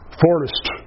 forest